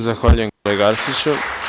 Zahvaljujem, kolega Arsiću.